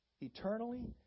eternally